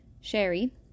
Sherry